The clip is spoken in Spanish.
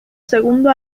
segundo